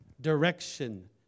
direction